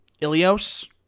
Ilios